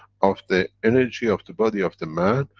of the energy of the body of the man,